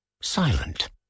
silent